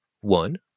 one